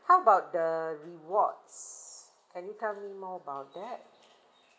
how about the rewards can you tell me more about that